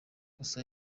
kosa